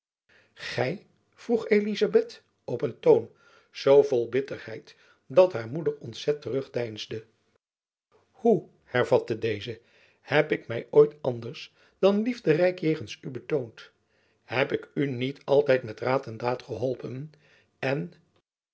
gy vroeg elizabeth op een toon zoo vol bitterheid dat haar moeder ontzet terugdeinsde hoe hervatte deze heb ik my ooit anders dan liefderijk jegends u betoond heb ik u niet altijd met raad en daad geholpen en